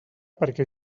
perquè